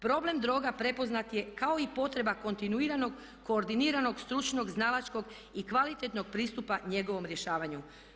Problem droga prepoznat je kao i potreba kontinuiranog koordiniranog stručnog znalačkog i kvalitetnog pristupa njegovom rješavanju.